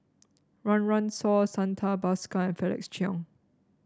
Run Run Shaw Santha Bhaskar and Felix Cheong